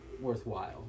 worthwhile